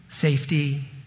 safety